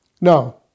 Now